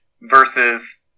versus